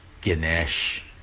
Ganesh